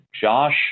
Josh